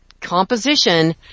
composition